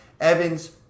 Evans